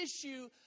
issue